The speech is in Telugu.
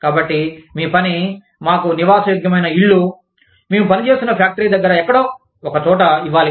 కాబట్టి మీ పని మాకు నివాసయోగ్యమైన ఇళ్ళు మేము పనిచేస్తున్న ఫ్యాక్టరీ దగ్గర ఎక్కడో ఒక చోట ఇవ్వాలి